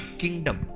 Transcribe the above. kingdom